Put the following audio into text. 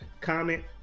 comment